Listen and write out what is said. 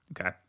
Okay